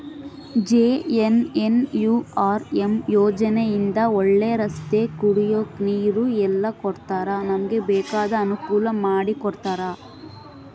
JNNURM ಯೋಜನೆ ಇಂದ ಒಳ್ಳೆ ರಸ್ತೆ ಕುಡಿಯಕ್ ನೀರು ಎಲ್ಲ ಕೊಡ್ತಾರ ನಮ್ಗೆ ಬೇಕಾದ ಅನುಕೂಲ ಮಾಡಿಕೊಡ್ತರ